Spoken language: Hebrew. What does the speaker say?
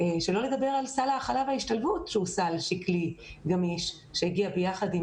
תוסיפי לכך את סל ההכלה וההשתלבות שהוא סל שקלי גמיש שהגיע ביחד עם